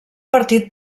partit